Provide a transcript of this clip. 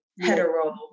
hetero